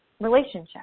relationship